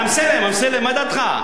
אמסלם, מה דעתך?